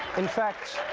in fact,